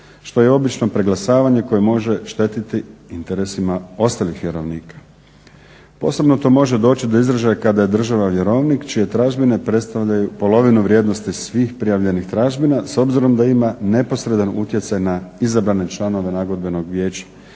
što je obično preglasavanje koje može štetiti interesima ostalih vjerovnika. Posebno to može doći do izražaja kada je država vjerovnik čije tražbine predstavljaju polovinu vrijednosti svih prijavljenih tražbina s obzirom da ima neposredan utjecaj na izabrane članove Nagodbenog vijeća